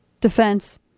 defense